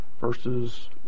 verses